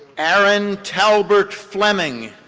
aaron talbert fleming.